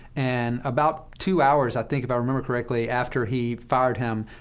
and about two hours, i think, if i remember correctly, after he fired him,